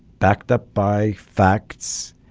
backed up by facts,